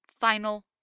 final